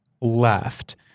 left